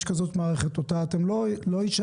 ויש כזאת מערכת ואותה אתם לא אישרתם.